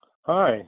Hi